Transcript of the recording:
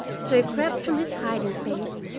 so he crept from his hiding-place,